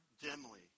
dimly